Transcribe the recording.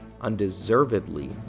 Undeservedly